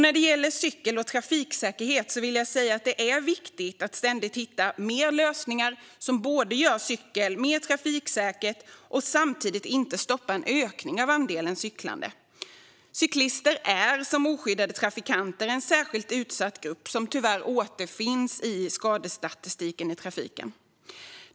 När det gäller cykel och trafiksäkerhet är det viktigt att ständigt hitta fler lösningar som gör cykling mer trafiksäkert men samtidigt inte stoppar en ökning av andelen cyklande. Cyklister är som oskyddade trafikanter en särskilt utsatt grupp som tyvärr återfinns i skadestatistik i trafiken.